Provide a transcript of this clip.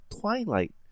Twilight